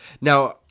Now